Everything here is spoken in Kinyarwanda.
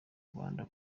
rwanda